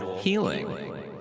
healing